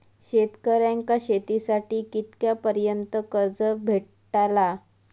शेतकऱ्यांका शेतीसाठी कितक्या पर्यंत कर्ज भेटताला?